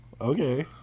Okay